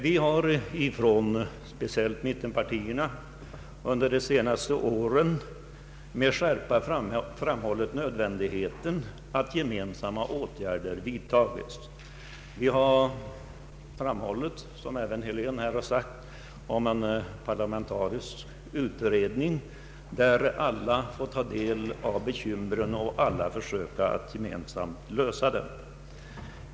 Vi har speciellt från mittenpartiernas sida under de senaste åren med skärpa framhållit nödvändigheten av att gemensamma åtgärder vidtas. Vi har, som även herr Helén här anfört, framhållit nödvändigheten av att en parlamentarisk utredning tillsätts där alla får ta del av problemen och gemensamt söka lösa dem.